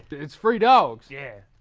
it's free dogs. yeah.